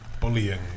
Bullying